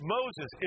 Moses